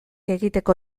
egiteko